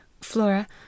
Flora